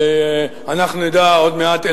ואנחנו נדע עוד מעט,